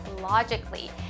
logically